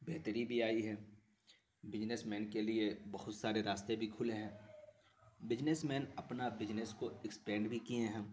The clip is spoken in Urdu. بہتری بھی آئی ہے بجنس مین کے لیے بہت سارے راستے بھی کھلے ہیں بجنس مین اپنا بجنس کو اسپینڈ بھی کیے ہیں